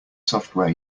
software